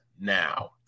now